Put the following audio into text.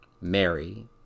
Mary